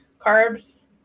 Carbs